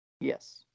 Yes